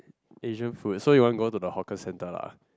Asian food so you want go to the Hawker centre lah